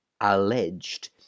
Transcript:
alleged